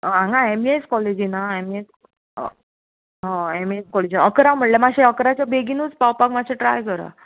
हांगा M E S कॉवेजीन आंएम इ एस कॉलेजीन हय होय एम इ एस कॉलेजीन अकरा म्हल्यार मात्शें अकराच्या बेगिनूच पावपाक मात्शें ट्राय करा